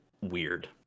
weird